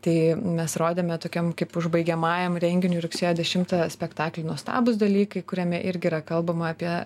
tai mes rodėme tokiam kaip užbaigiamajam renginiui rugsėjo dešimtą spektaklį nuostabūs dalykai kuriame irgi yra kalbama apie